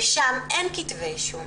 ושם אין כתבי אישום.